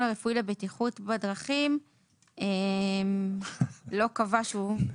הרפואי לבטיחות בדרכים לא קבע שהוא...